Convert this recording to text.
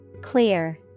Clear